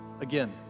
again